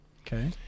Okay